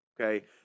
okay